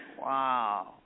Wow